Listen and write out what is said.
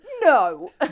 no